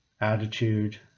attitude